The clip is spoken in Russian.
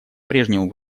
прежнему